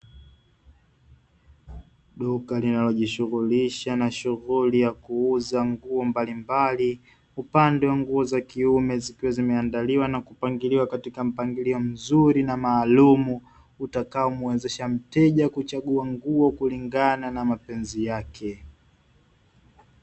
Duka linalojishughulisha na shughuli ya kuuza nguo mbalimbali, upande wa nguo za kiume zikiwa zimeandaliwa na kupangiliwa katika mpangilio mzuri na maalumu, utakamuwezesha mteja kuchagua nguo kulingana na mapenzi yake.